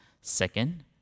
Second